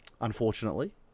Unfortunately